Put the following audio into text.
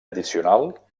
addicional